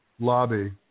lobby